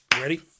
Ready